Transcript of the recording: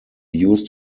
used